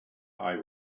eye